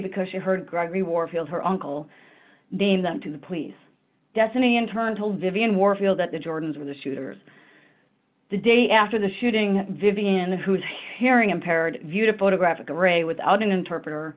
because she heard gregory warfield her uncle dean them to the police destiny in turn told vivian warfield that the jordans were the shooters the day after the shooting vivian who is hearing impaired viewed a photograph of grey without an interpreter